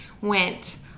went